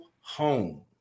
home